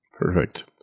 Perfect